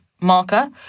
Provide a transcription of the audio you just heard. marker